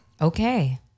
Okay